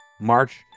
March